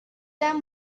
them